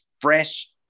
fresh